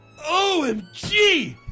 OMG